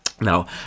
now